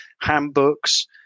handbooks